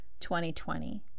2020